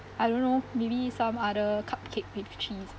I don't know maybe some other cupcake with cheese